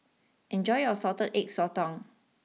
enjoy your Salted Egg Sotong